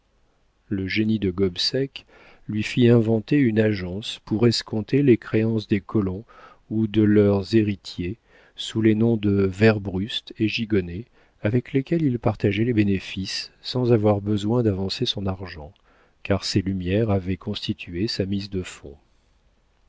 le génie de gobseck lui fit inventer une agence pour escompter les créances des colons ou de leurs héritiers sous les noms de werbrust et gigonnet avec lesquels il partageait les bénéfices sans avoir besoin d'avancer son argent car ses lumières avaient constitué sa mise de fonds